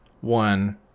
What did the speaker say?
one